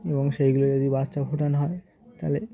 এবং সেইগুলো যদি বাচ্চা ফোটানো হয় তাহলে